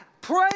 Pray